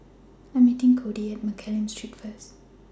I Am meeting Codi At Mccallum Street First